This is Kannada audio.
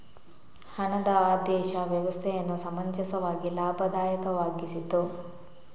ಹಣದ ಆದೇಶ ವ್ಯವಸ್ಥೆಯನ್ನು ಸಮಂಜಸವಾಗಿ ಲಾಭದಾಯಕವಾಗಿಸಿತು